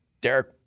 Derek